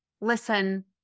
listen